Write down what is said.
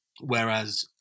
Whereas